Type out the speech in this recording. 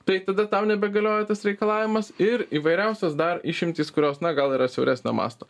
tai tada tau nebegalioja tas reikalavimas ir įvairiausios dar išimtys kurios na gal yra siauresnio masto